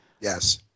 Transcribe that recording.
Yes